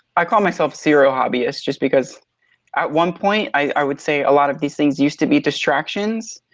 i call myself serial hobbyist just because at one point i would say a lot of these things used to be distractions